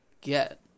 get